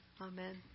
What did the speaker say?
Amen